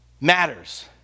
matters